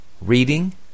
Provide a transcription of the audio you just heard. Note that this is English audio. reading